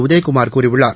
உதயகுமார் கூறியுள்ளார்